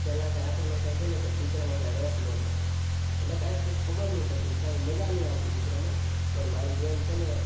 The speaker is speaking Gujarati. પહેલા કૈં આપણને કાંઈ છે ને કાંઈ ચિત્રમાં કાંઈ રસ નહોતો એટલે ક્યાંય કંઈ ખબર નૈં પડતી કાંઈ મજા નૈં આવતી ચિત્રમાં પણ મારી બહેન છે ને